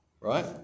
right